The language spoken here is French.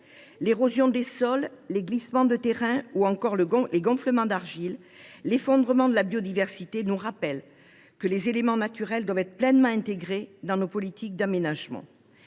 L’érosion des sols, les glissements de terrain, les gonflements d’argile, l’effondrement de la biodiversité nous rappellent que les éléments naturels doivent être pleinement intégrés dans nos politiques d’aménagement.